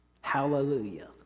Hallelujah